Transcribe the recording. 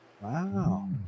Wow